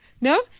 No